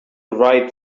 write